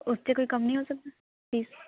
ਉਸ 'ਤੇ ਕੋਈ ਘੱਟ ਨੀ ਹੋ ਸਕਦੀ ਫ਼ੀਸ